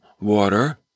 water